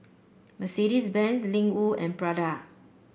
Mercedes Benz Ling Wu and Prada